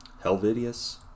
Helvidius